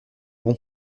bon